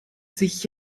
sich